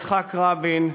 יצחק רבין,